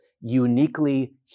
uniquely